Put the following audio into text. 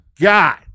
God